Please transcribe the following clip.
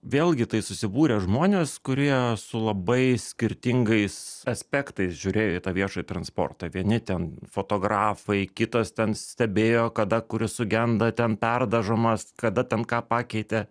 vėlgi tai susibūrė žmonės kurie su labai skirtingais aspektais žiūrėjo į tą viešąjį transportą vieni ten fotografai kitas ten stebėjo kada kuris sugenda ten perdažomas kada ten ką pakeitė